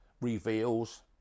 reveals